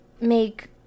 make